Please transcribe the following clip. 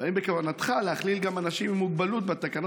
ואני מדבר על כך שאנשים עם מוגבלות פיזית אינם זכאים,